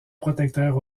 protecteur